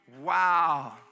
Wow